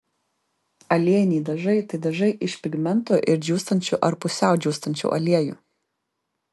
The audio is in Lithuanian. aliejiniai dažai tai dažai iš pigmentų ir džiūstančių ar pusiau džiūstančių aliejų